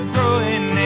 growing